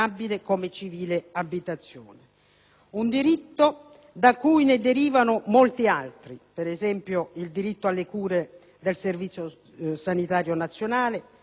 Un diritto da cui ne derivano molti altri: il diritto alle cure del Servizio sanitario nazionale, il rilascio della carta di identità,